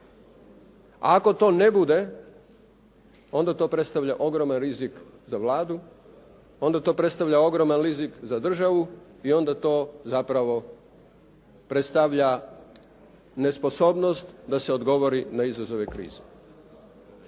A ako to ne bude onda to predstavlja ogroman rizik za Vladu, onda to predstavlja ogroman rizik za državu, i onda to zapravo predstavlja nesposobnost da se odgovori na izazove krize.